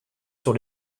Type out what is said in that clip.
sur